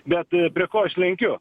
bet prie ko aš lenkiu